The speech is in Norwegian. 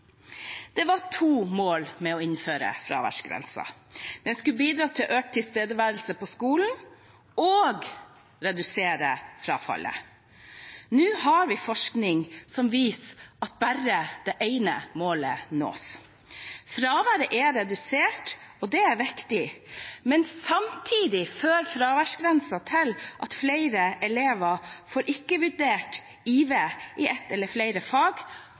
Det var to mål med å innføre fraværsgrensen. Den skulle bidra til økt tilstedeværelse på skolen og redusere frafallet. Nå har vi forskning som viser at bare det ene målet nås. Fraværet er redusert, og det er viktig, men samtidig fører fraværsgrensen til at flere elever får «ikke vurdert», IV, i ett eller flere fag,